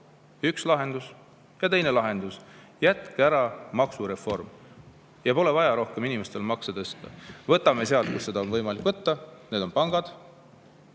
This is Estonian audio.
üks lahendus. Teine lahendus: jätke ära maksureform. Pole vaja rohkem inimestel makse tõsta. Võtame sealt, kus seda on võimalik võtta, ja need on pangad.